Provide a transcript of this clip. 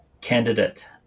candidate